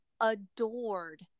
adored